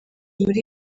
muri